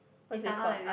Istana is it